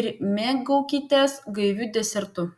ir mėgaukitės gaiviu desertu